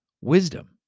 wisdom